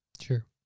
sure